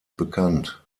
bekannt